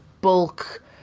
bulk